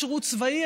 בשירות צבאי,